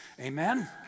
amen